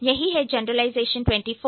यही है generalisation 24th